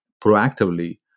proactively